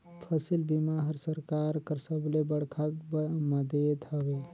फसिल बीमा हर सरकार कर सबले बड़खा मदेत हवे